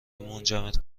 منجمد